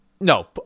No